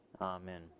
Amen